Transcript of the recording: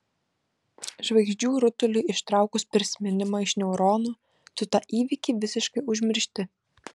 žvaigždžių rutuliui ištraukus prisiminimą iš neuronų tu tą įvykį visiškai užmiršti